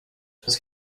przez